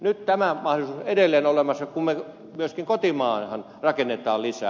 nyt tämä mahdollisuus on edelleen olemassa kun me myöskin kotimaahan rakennamme lisää